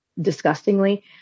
disgustingly